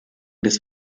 des